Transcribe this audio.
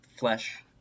flesh